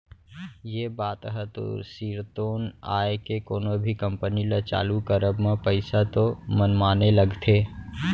ये बात ह तो सिरतोन आय के कोनो भी कंपनी ल चालू करब म पइसा तो मनमाने लगथे